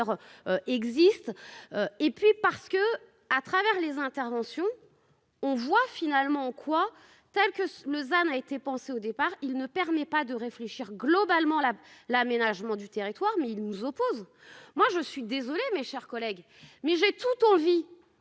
Existe. Et puis parce que, à travers les interventions. On voit finalement quoi telle que Lausanne a été pensé au départ il ne permet pas de réfléchir globalement la l'aménagement du territoire, mais ils nous opposent. Moi je suis désolé, mes chers collègues. Mais j'ai tout, on vit